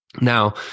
Now